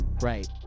Right